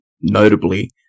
notably